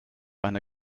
eine